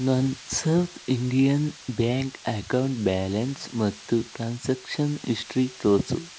ನನ್ನ South Indian bank account balance ಮತ್ತು transaction history ತೋರಿಸು